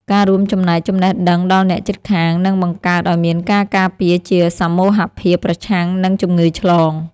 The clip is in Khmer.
ការរួមចំណែកចំណេះដឹងដល់អ្នកជិតខាងនឹងបង្កើតឱ្យមានការការពារជាសមូហភាពប្រឆាំងនឹងជំងឺឆ្លង។